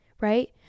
right